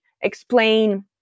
explain